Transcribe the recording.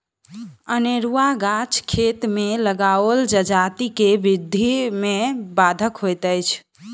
अनेरूआ गाछ खेत मे लगाओल जजाति के वृद्धि मे बाधक होइत अछि